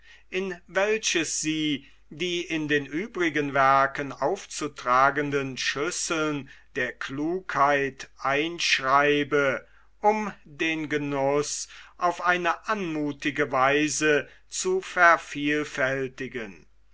in welches sie die in den übrigen werken aufzutragenden schüsseln der klugheit einschreibe um den genuß auf eine anmuthige weise zu vervielfältigen